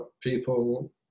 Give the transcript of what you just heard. people